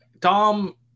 Tom